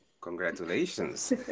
Congratulations